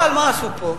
אבל מה עשו פה?